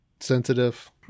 sensitive